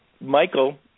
Michael